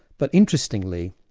but interestingly,